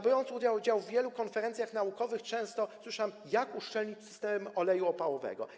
Biorąc udział w wielu konferencjach naukowych, często słyszałem, jak uszczelnić system oleju opałowego.